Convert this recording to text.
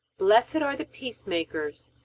blessed are the peacemakers,